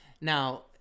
Now